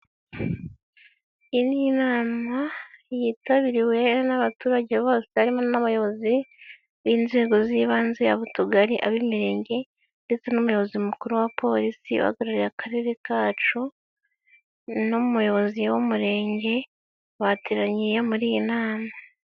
Iyi ni nama yitabiriwe n'abaturage bose barimo n'abayobozi b'inzego z'ibanze abutugari, ab'imirenge ndetse n'umuyobozi mukuru wa Polisi uhagarariye akarere kacu, n'umuyobozi w'umurenge, bateraniye muri iyi nama.